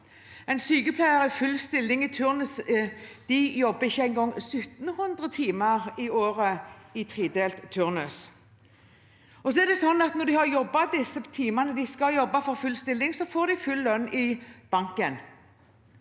En sykepleier i full stilling i turnus jobber ikke engang 1 700 timer i året i tredelt turnus. Og når de har jobbet de timene de skal jobbe i full stilling, får de full lønn i banken.